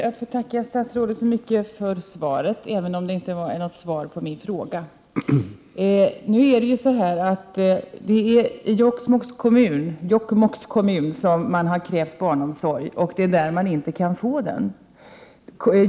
Herr talman! Jag ber att få tacka statsrådet för svaret, även om det inte var svar på frågan. Det är i Jokkmokks kommun som man har krävt barnomsorg, och det är där som man inte kan få den.